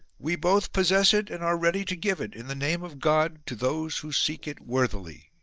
we both possess it and are ready to give it, in the name of god, to those who seek it worthily.